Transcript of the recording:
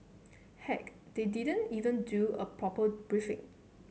heck they didn't even do a proper briefing